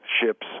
ships